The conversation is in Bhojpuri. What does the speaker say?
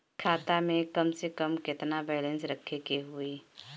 खाता में कम से कम केतना बैलेंस रखे के होईं?